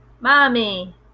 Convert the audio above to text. mommy